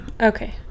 Okay